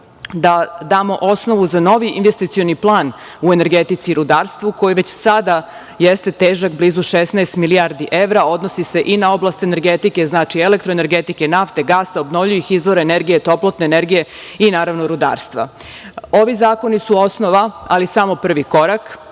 da damo osnovu za novi investicioni plan u energetici i rudarstvu, koji već sada jeste težak blizu 16 milijardi evra, odnosi se i na oblast energetike, znači, elektroenergetike, nafte, gasa i obnovljivih izvora energije, toplotne energije i naravno rudarstva. Ovi zakoni su osnova, ali samo prvi korak.